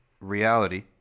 reality